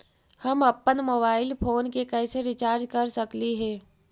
हम अप्पन mobile phone के कैसे रिचार्ज कर सकली हे?